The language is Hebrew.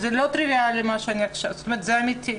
זה אמיתי.